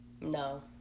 No